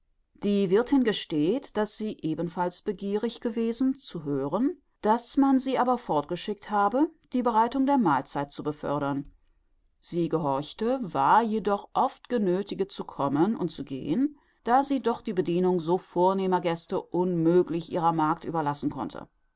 die wirthin gesteht daß sie ebenfalls begierig gewesen zu hören daß man sie aber fortgeschickt habe die bereitung der mahlzeit zu befördern sie gehorchte war jedoch oft genöthiget zu kommen und zu gehen da sie doch die bedienung so vornehmer gäste unmöglich ihrer magd überlassen konnte